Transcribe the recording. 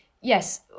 yes